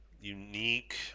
unique